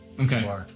Okay